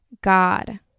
God